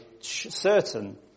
certain